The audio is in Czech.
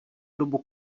dobu